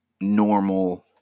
normal